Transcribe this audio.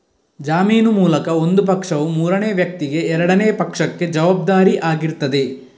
ಜಾಮೀನು ಮೂಲಕ ಒಂದು ಪಕ್ಷವು ಮೂರನೇ ವ್ಯಕ್ತಿಗೆ ಎರಡನೇ ಪಕ್ಷಕ್ಕೆ ಜವಾಬ್ದಾರಿ ಆಗಿರ್ತದೆ